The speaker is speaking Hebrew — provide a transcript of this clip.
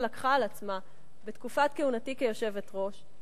לקחה על עצמה בתקופת כהונתי כיושבת-ראש,